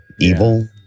evil